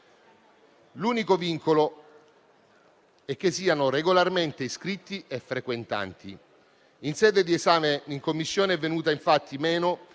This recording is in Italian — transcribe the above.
l'unico vincolo è che siano regolarmente iscritti e frequentanti. In sede di esame in Commissione è venuta infatti meno